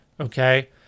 Okay